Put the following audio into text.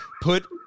put